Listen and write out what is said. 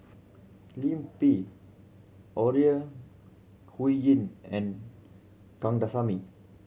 Lim Pin Ore Huiying and Kandasamy